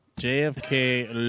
JFK